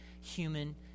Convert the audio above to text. human